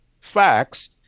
facts